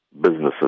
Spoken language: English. businesses